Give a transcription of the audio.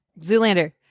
Zoolander